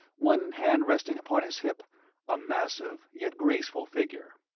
one hand resting upon his hip a massive yet graceful figure.